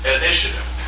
initiative